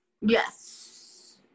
yes